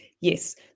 Yes